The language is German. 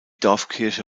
dorfkirche